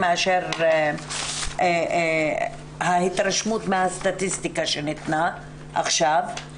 לא כפי ההתרשמות מהסטטיסטיקה שניתנה עכשיו.